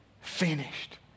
finished